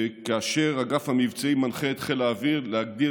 ואגף המבצעים מנחה את חיל האוויר להגדיר